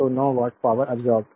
तो 9 watt power absorbed